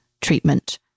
treatment